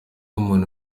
umuntu